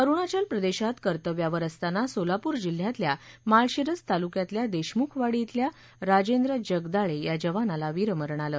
अरूणाचल प्रदेशात कर्तव्यावर असताना सोलापूर जिल्ह्यातल्या माळशिरस तालुक्यातल्या देशमुखवाडी धिल्या राजेंद्र जगदाळे या जवानाला वीरमरण आलं